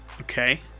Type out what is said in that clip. Okay